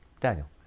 Daniel